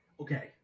Okay